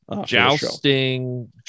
Jousting